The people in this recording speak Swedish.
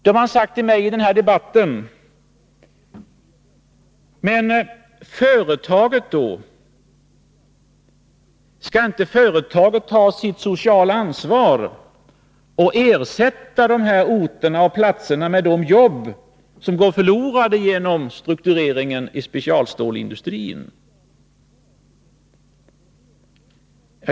Man har sagt till mig i den här debatten: Men företaget då, skall inte det ta sitt sociala ansvar och ersätta de här orterna och platserna för de jobb som går förlorade genom struktureringen i specialstålsindustrin?